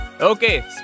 Okay